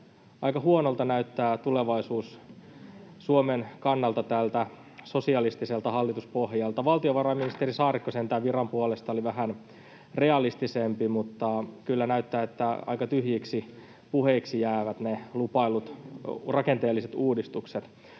Aika huonolta näyttää tulevaisuus Suomen kannalta tältä sosialistiselta hallituspohjalta. Valtiovarainministeri Saarikko sentään viran puolesta oli vähän realistisempi, mutta näyttää kyllä, että aika tyhjiksi puheiksi jäävät ne lupaillut rakenteelliset uudistukset.